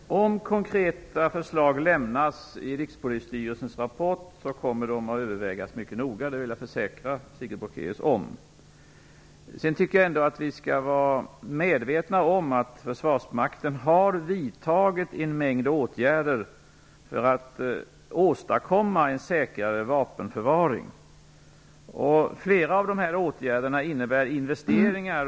Fru talman! Om konkreta förslag lämnas i Rikspolisstyrelsens rapport kommer de att övervägas mycket noga. Det vill jag försäkra Sigrid Bolkéus om. Jag tycker ändå att vi skall vara medvetna om att försvarsmakten har vidtagit en mängd åtgärder för att åstadkomma en säkrare vapenförvaring. Flera av dessa åtgärder innebär investeringar.